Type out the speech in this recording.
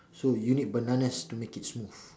so you need bananas to make it smooth